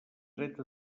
dret